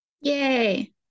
yay